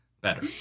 better